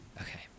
Okay